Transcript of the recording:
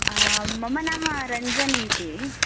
मम नाम रञ्जनी इति